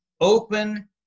open